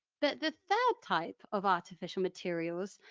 but the third type of artificial materials,